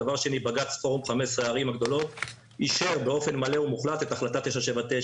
דבר שני, בג"צ אישר באופן מלא ומוחלט את החלטת 979